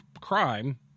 crime